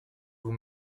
vous